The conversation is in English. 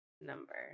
number